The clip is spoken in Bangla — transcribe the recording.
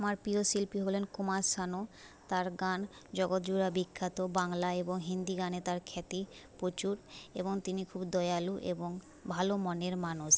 আমার প্রিয় শিল্পী হলেন কুমার শানু তার গান জগৎ জোড়া বিখ্যাত বাংলা এবং হিন্দি গানে তার খ্যাতি প্রচুর এবং তিনি খুব দয়ালু এবং ভালো মনের মানুষ